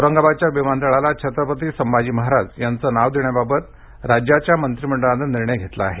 औरंगाबादच्या विमानतळाला छत्रपती संभाजी महाराज यांचे नाव देण्याबाबत राज्याच्या मंत्रिमंडळाने निर्णय घेतला आहे